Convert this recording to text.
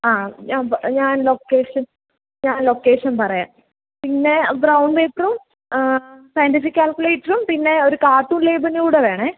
ആ ഞാൻ പ ഞാൻ ലൊക്കേഷൻ ഞാൻ ലൊക്കേഷൻ പറയാം പിന്നെ ബ്രൗൺ പേപ്പറും സയൻറ്റിഫിക് കാൽക്കുലേറ്ററും പിന്നെ ഒരു കാർട്ടൂൺ ലേബലൂടെ വേണം